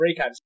Recaps